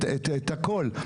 את הכול.